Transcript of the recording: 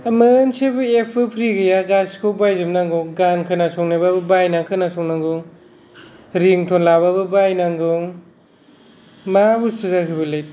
मोनसेबो एफ बो फ्रि गैया गासिखौ बायजोबनांगौ गान खोनासंनोबाबो बायना खोनासंनांगौ रिंथन लाबाबो बायनांगौ मा बुस्थु जाखो बेलाय